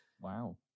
wow